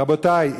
רבותי,